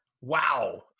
Wow